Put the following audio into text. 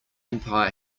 empire